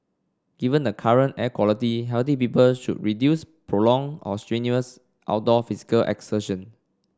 given the current air quality healthy people should reduce prolong or strenuous outdoor physical exertion